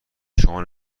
شما